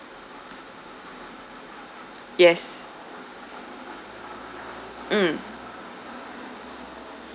yes mm